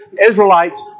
Israelites